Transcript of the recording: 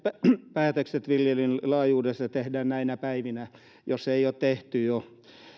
päätökset viljelyn laajuudesta tehdään näinä päivinä jos ei ole tehty jo